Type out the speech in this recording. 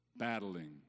Battling